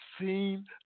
seen